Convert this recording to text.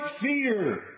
fear